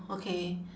okay